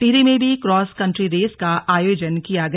टिहरी में भी cross country race का आयोजन किया गया